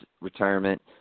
retirement